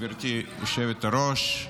גברתי היושבת-ראש.